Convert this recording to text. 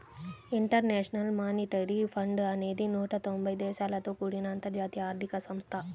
international monetary fund అనేది నూట తొంబై దేశాలతో కూడిన అంతర్జాతీయ ఆర్థిక సంస్థ